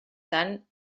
tant